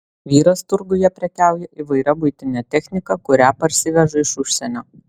vyras turguje prekiauja įvairia buitine technika kurią parsiveža iš užsienio